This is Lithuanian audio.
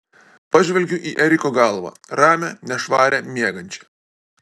pažvelgiu į eriko galvą ramią nešvarią miegančią